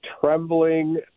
trembling